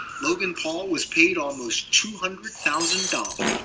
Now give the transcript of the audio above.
logan paul was paid almost two hundred thousand dollars.